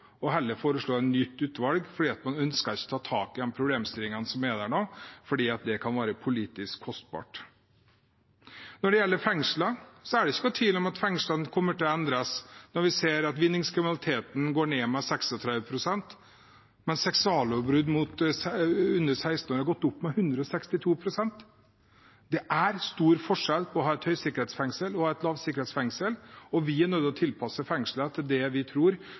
og heller foreslå et nytt utvalg fordi man ikke ønsker å ta tak i de problemstillingene som er der nå, fordi det kan være politisk kostbart. Når det gjelder fengslene, er det ikke noen tvil om at fengslene kommer til å endres, når vi ser at vinningskriminaliteten går ned med 36 pst., mens seksuallovbrudd mot personer under 16 år har gått opp med 162 pst. Det er stor forskjell på et høysikkerhetsfengsel og et lavsikkerhetsfengsel, og vi er nødt til å tilpasse fengslene til det vi tror